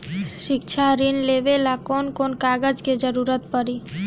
शिक्षा ऋण लेवेला कौन कौन कागज के जरुरत पड़ी?